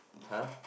!huh!